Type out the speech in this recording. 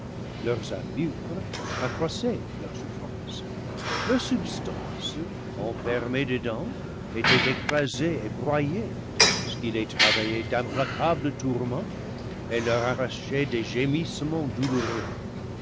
leurs armures accroissaient leur souffrance leur substance enfermée dedans était écrasée et broyée ce qui les travaillait d'implacables tourments et leur arrachait des gé missements douloureux